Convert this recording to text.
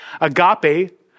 agape